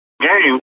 game